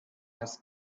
has